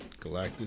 Galactus